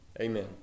Amen